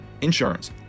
Insurance